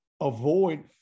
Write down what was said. avoid